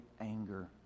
anger